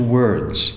words